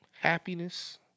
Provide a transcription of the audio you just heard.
Happiness